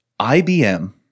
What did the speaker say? IBM